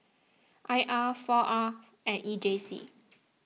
I R four R and E J C